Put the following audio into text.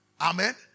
Amen